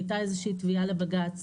הייתה איזו שהיא תביעה לבג"ץ